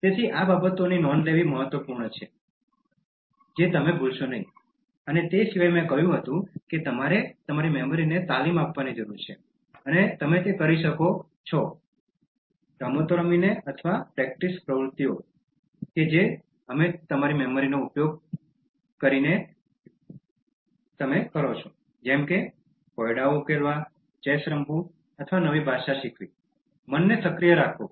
તેથી આ બાબતોની નોંધ લેવી મહત્વપૂર્ણ છે જેથી તમે ભૂલશો નહીં અને તે સિવાય મેં કહ્યું હતું કે તમારે તમારી મેમરીને તાલીમ આપવાની જરૂર છે અને તમે તે કરી શકો છો રમતો રમીને અથવા પ્રેક્ટિસ પ્રવૃત્તિઓ કે જે અમે તમારી મેમરીનો ઉપયોગ કરીએ છીએ જેમ કે કોયડાઓ ઉકેલવા ચેસ રમવું અને નવી ભાષા શીખવા મનને સક્રિય રાખવું